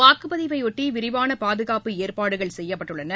வாக்குப்பதிவை ஒட்டி விரிவான பாதுகாப்பு ஏற்பாடுகள் செய்யப்பட்டுள்ளன